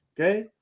okay